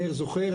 מאיר זוכר,